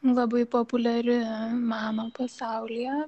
labai populiari meno pasaulyje